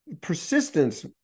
persistence